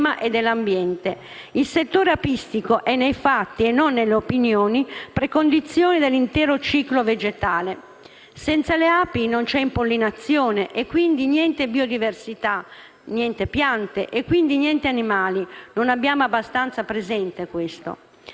Il settore apistico è nei fatti e non nelle opinioni precondizione dell'intero ciclo vegetale. Senza le api non c'è impollinazione e, quindi, niente biodiversità, niente piante e, quindi, niente animali. Non abbiamo abbastanza presente questo.